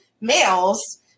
males